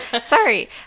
Sorry